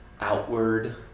outward